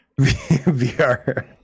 vr